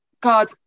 God